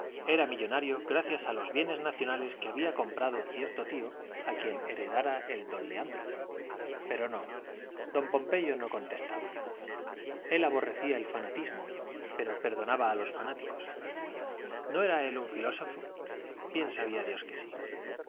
era millonario gracias a los bienes nacionales que había comprado cierto tío a quien heredara el don leandro pero no don pompeyo no contestaba él aborrecía el fanatismo pero perdonaba a los fanáticos no era él un filósofo bien sabía dios que sí